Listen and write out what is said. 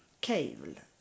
Cave